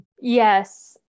yes